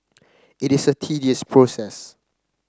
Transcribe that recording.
it is a tedious process